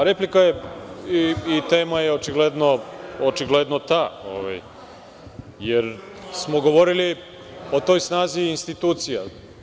Replika je i tema je očigledno ta, jer smo govorili o toj snazi institucija.